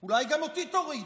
הוא התפטר.